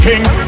King